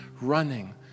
running